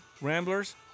ramblers